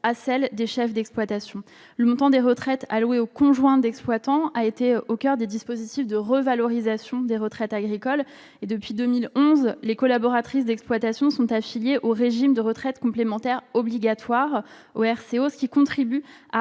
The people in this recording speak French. à celles des chefs d'exploitation. Le montant des retraites allouées aux conjoints d'exploitants a été au coeur des dispositifs de revalorisation des retraites agricoles. Depuis 2011, les collaboratrices d'exploitation sont affiliées au régime de retraite complémentaire obligatoire, le RCO, ce qui contribue à